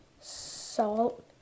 salt